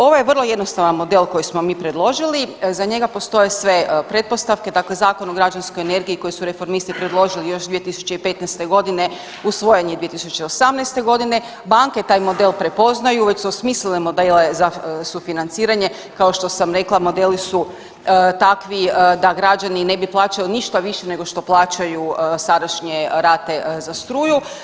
Ovo je vrlo jednostavan model koji smo mi predložili, za njega postoje sve pretpostavke dakle Zakon o građanskoj energiji koji su Reformisti predložili još 2015.g. usvojen je 2018.g., banke taj model prepoznaju već su osmislile modele za sufinanciranje kao što sam rekla modeli su takvi da građani ne bi plaćali ništa više nego što plaćaju sadašnje rate za struju.